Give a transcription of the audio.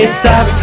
stop